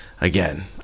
again